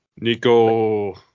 Nico